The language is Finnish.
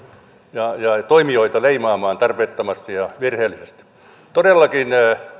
ja toimijoita leimaamaan tarpeettomasti ja virheellisesti todellakin